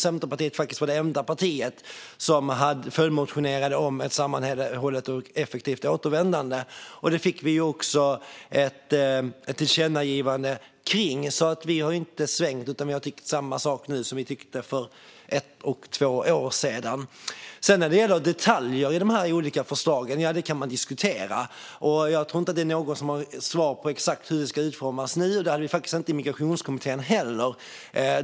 Centerpartiet var då det enda partiet som följdmotionerade om ett sammanhållet och effektivt återvändande, och det fick vi också ett tillkännagivande om. Vi har alltså inte svängt, utan vi tycker samma sak nu som vi tyckte för både ett och två år sedan. Sedan kan man diskutera detaljer i de här olika förslagen. Jag tror inte att någon har svar på exakt hur detta ska utformas nu, och det hade vi inte i Migrationskommittén heller.